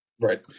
right